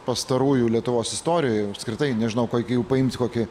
pastarųjų lietuvos istorijoj apskritai nežinau kokie jų paimti kokį